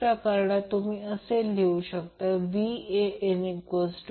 मग समतुल्य सर्किट हे V 45